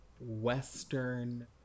Western